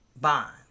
bond